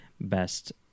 best